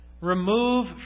remove